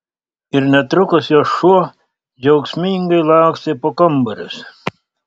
ir netrukus jos šuo džiaugsmingai lakstė po kambarius